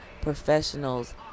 professionals